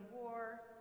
war